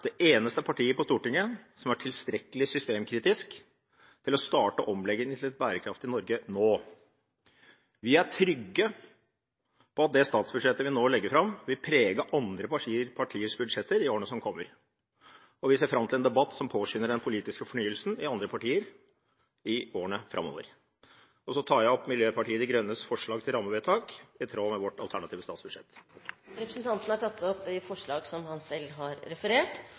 det eneste partiet på Stortinget som er tilstrekkelig systemkritisk til å starte omleggingen til et bærekraftig Norge nå. Vi er trygge på at det statsbudsjettet vi nå legger fram, vil prege andre partiers budsjetter i årene som kommer, og vi ser fram til en debatt som påskynder den politiske fornyelsen i andre partier i årene framover. Så tar jeg opp Miljøpartiet De Grønnes forslag til rammevedtak, i tråd med vårt alternative statsbudsjett. Representanten Rasmus Hansson har tatt opp det forslaget som han